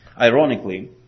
Ironically